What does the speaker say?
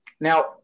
Now